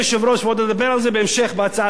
ועוד נדבר על זה בהמשך בהצעה לסדר-היום,